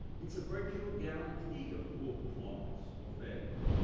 it's a virtual guarantee of poor performance or failure.